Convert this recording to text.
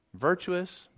Virtuous